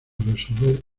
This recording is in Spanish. resolver